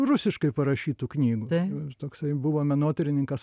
rusiškai parašytų knygų ir toksai buvo menotyrininkas